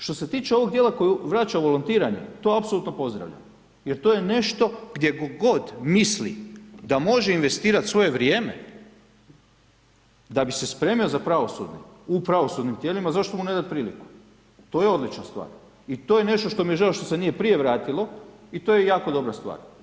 Što se tiče ovog dijela koji vraća volontiranje, to apsolutno pozdravljam, jer to je nešto gdje god misli da može investirati svoje vrijedne, da bi se spremio za pravosudni u pravosudnim tijelima, zašto mu ne dati priliku, to je odlična stvari i to je nešto što mi je žao što se nije prije vratilo i to je jako dobra stvar.